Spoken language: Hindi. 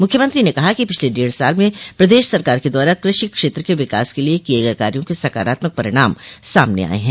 मुख्यमंत्री ने कहा कि पिछले डेढ़ साल में प्रदेश सरकार के द्वारा कृषि क्षेत्र के विकास के लिये किये गये कार्यो के सकारात्मक परिणाम सामने आये हैं